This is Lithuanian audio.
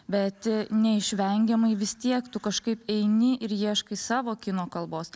bet neišvengiamai vis tiek tu kažkaip eini ir ieškai savo kino kalbos